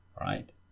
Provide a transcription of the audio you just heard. right